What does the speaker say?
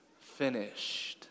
finished